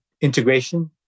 integration